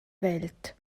welt